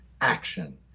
action